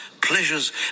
pleasures